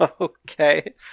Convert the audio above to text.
Okay